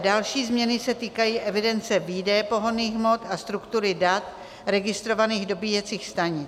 Další změny se týkají evidence výdeje pohonných hmot a struktury dat registrovaných dobíjecích stanic.